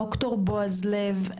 ד"ר בועז לב,